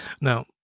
Now